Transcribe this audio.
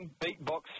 beatbox